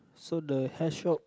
so the health shop